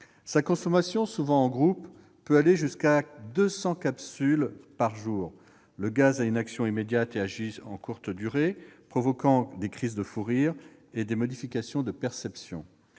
Sa consommation, souvent en groupe, peut atteindre jusqu'à 200 capsules par jour. Le gaz a une action immédiate et agit sur une courte durée, provoquant des crises de fou rire et des modifications des perceptions.